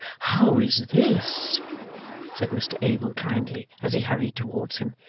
how is this said mr abel kindly, as he hurried towards him.